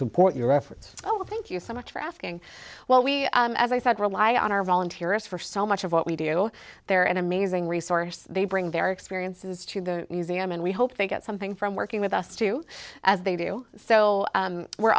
support your efforts oh thank you so much for asking well we as i said rely on our volunteers for so much of what we do they're an amazing resource they bring their experiences to the museum and we hope they get something from working with us too as they do so we're